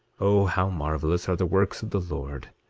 o how marvelous are the works of the lord,